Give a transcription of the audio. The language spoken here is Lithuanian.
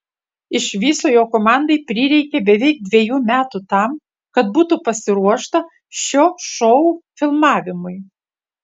iš viso jo komandai prireikė beveik dviejų metų tam kad būtų pasiruošta šio šou filmavimui